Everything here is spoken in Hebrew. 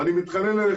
ואני מתחנן אליך,